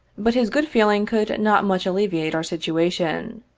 but his good feeling could not much alleviate our situation.